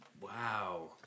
Wow